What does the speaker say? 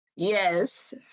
Yes